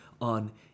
on